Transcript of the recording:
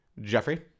Jeffrey